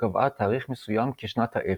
שקבעה תאריך מסוים כשנת האפס,